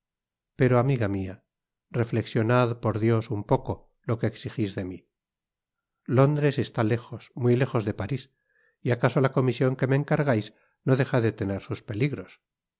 pero amiga mia reflexionad por dios un poco lo que exigís de mí lóndres está léjos muy léjos de parís y acaso la comision que me encargais no deja de tener sus peligros